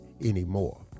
anymore